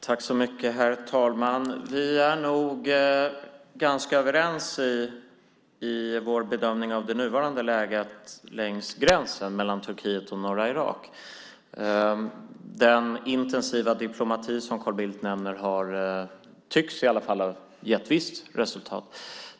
Herr talman! Vi är nog ganska överens i vår bedömning av det nuvarande läget längs gränsen mellan Turkiet och norra Irak. Den intensiva diplomati som Carl Bildt nämner tycks ha gett visst resultat.